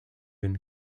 been